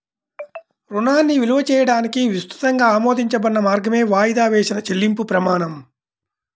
రుణాన్ని విలువ చేయడానికి విస్తృతంగా ఆమోదించబడిన మార్గమే వాయిదా వేసిన చెల్లింపు ప్రమాణం